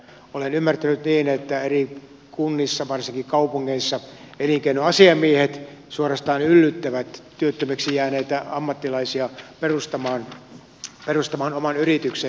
olen ymmärtänyt niin että eri kunnissa varsinkin kaupungeissa elinkeinoasiamiehet suorastaan yllyttävät työttömäksi jääneitä ammattilaisia perustamaan oman yrityksen